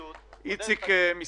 ניסינו להתייעץ עם כולם,